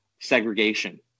segregation